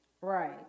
Right